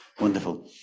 wonderful